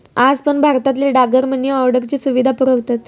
आज पण भारतातले डाकघर मनी ऑर्डरची सुविधा पुरवतत